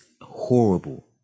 horrible